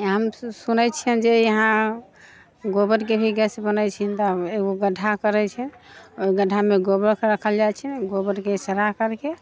यहाँ हमसभ सुनैत छियनि जे यहाँ गोबरके भी गैस बनैत छन्हि तऽ एगो गड्ढा करैत छै ओहि गड्ढामे गोबरकेँ राखल जाइत छै गोबरके सड़ा करि कऽ